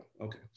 okay